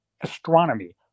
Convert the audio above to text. astronomy